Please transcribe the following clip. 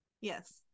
yes